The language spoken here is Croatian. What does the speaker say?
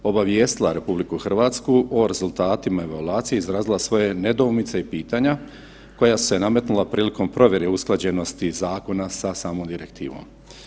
2269 obavijestila RH o rezultatima evaluacije i izrazila svoje nedoumice i pitanja koja su se nametnula prilikom provjere usklađenosti zakona sa samom direktivom.